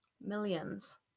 millions